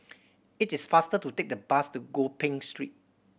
it is faster to take the bus to Gopeng Street